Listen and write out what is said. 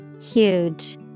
Huge